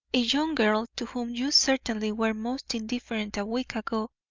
a young girl, to whom you certainly were most indifferent a week ago,